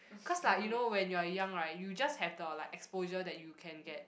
cause like you know when you are young right you just have the like exposure that you can get